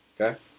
Okay